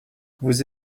vous